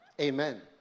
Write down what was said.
Amen